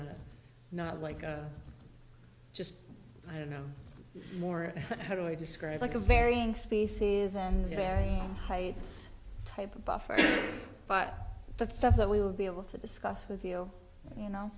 the not like i just i don't know more how do i describe like a varying species and very heights type of buffer but the stuff that we will be able to discuss with you you know